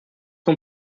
ans